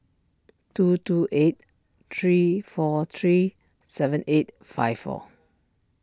two two eight three four three seven eight five four